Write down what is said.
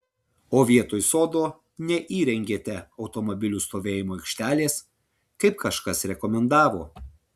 o vietoj sodo neįrengėte automobilių stovėjimo aikštelės kaip kažkas rekomendavo